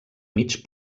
mig